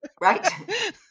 Right